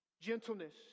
gentleness